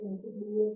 dx